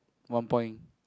one point